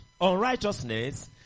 unrighteousness